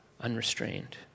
unrestrained